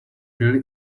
really